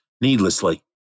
needlessly